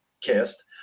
kissed